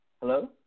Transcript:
Hello